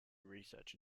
research